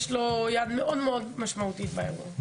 יש לו יד מאוד משמעותית באירוע.